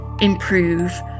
improve